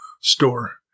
store